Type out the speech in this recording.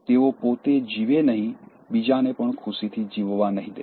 તેઓ પોતે જીવે નહીં બીજાને પણ ખુશીથી જીવવા નહીં દે